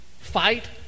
Fight